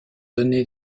donné